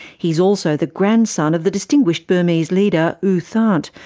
he's also the grandson of the distinguished burmese leader u thant,